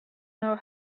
know